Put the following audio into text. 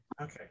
Okay